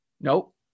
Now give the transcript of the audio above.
Nope